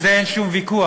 על זה אין שום ויכוח,